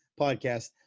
podcast